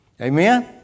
Amen